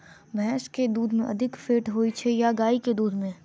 भैंस केँ दुध मे अधिक फैट होइ छैय या गाय केँ दुध में?